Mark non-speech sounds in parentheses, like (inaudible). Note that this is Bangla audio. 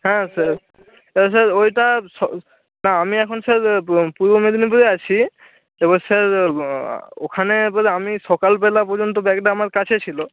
হ্যাঁ স্যার (unintelligible) স্যার ওইটা (unintelligible) না আমি এখন স্যার পূর্ব মেদিনীপুরে আছি এবার স্যার (unintelligible) ওখানে (unintelligible) আমি সকালবেলা পর্যন্ত ব্যাগটা আমার কাছে ছিল